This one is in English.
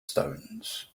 stones